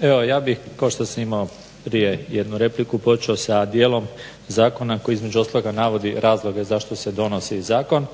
Evo ja bih, kao što sam imao prije jednu repliku počeo sa djelom zakona koji između ostalog navodi razloge zašto se donosi zakon.